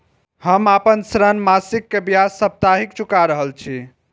हम आपन ऋण मासिक के ब्याज साप्ताहिक चुका रहल छी